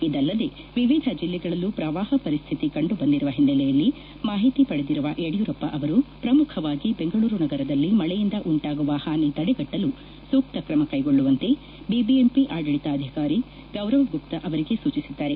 ಇದಲ್ಲದೆ ವಿವಿಧ ಜಿಲ್ಲೆಗಳಲ್ಲೂ ಪ್ರವಾಹ ಪರಿಸ್ಥಿತಿ ಕಂಡುಬಂದಿರುವ ಹಿನ್ನೆಲೆಯಲ್ಲಿ ಮಾಹಿತಿ ಪಡೆದಿರುವ ಯಡಿಯೂರಪ್ಪ ಅವರು ಶ್ರಮುಖವಾಗಿ ಬೆಂಗಳೂರು ನಗರದಲ್ಲಿ ಮಳೆಯಿಂದ ಉಂಟಾಗುವ ಹಾನಿ ತಡೆಗಟ್ಟಲು ಸೂಕ್ತ ಕ್ರಮ ಕೈಗೊಳ್ಳುವಂತೆ ಬಿಬಿಎಂಪಿ ಆಡಳಿತಾಧಿಕಾರಿ ಗೌರವ್ ಗುಪ್ತ ಅವರಿಗೆ ಸೂಚಿಸಿದ್ದಾರೆ